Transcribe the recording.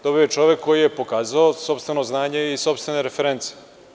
Dobio je bio čovek koji je pokazao sopstveno znanje i sopstvene reference.